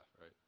right